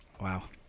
Wow